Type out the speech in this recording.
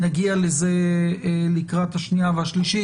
נגיע לזה לקראת השנייה והשלישית.